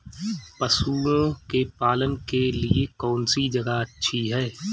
पशुओं के पालन के लिए कौनसी जगह अच्छी है?